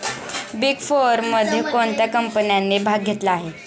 Big फोरमध्ये कोणत्या कंपन्यांनी भाग घेतला आहे?